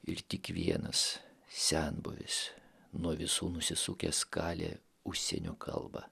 ir tik vienas senbuvis nuo visų nusisukęs kalė užsienio kalbą